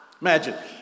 imagine